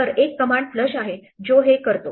तर एक command flush आहे जो हे करतो